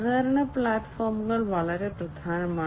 സഹകരണ പ്ലാറ്റ്ഫോമുകൾ വളരെ പ്രധാനമാണ്